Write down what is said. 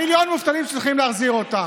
מיליון מובטלים שצריכים להחזיר אותם,